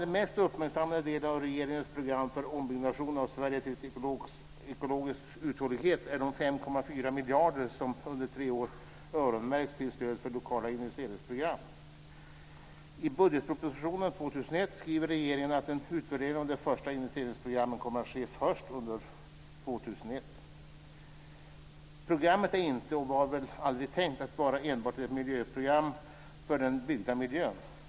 Den mest uppmärksammade delen av regeringens program för "ombyggnation av Sverige till ekologisk uthållighet" är de 5,4 miljarder som under tre år öronmärkts till stöd för lokala investeringsprogram. I budgetpropositionen för 2001 skriver regeringen att en utvärdering av de första investeringsprogrammen kommer att kunna ske först under Programmet är inte och var aldrig tänkt att enbart vara ett miljöprogram för den byggda miljön.